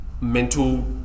mental